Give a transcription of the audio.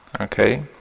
Okay